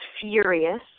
furious